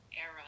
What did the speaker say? era